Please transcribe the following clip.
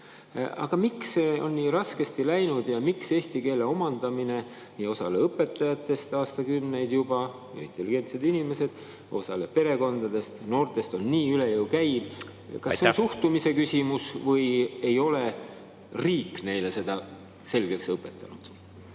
Aga miks on see nii raskesti läinud ja miks eesti keele omandamine osale õpetajatest aastakümneid juba – intelligentsed inimesed –, osale perekondadest ja noortest on nii üle jõu käiv? Aitäh! Kas see on suhtumise küsimus? Või ei ole riik neile seda selgeks õpetanud?